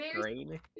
green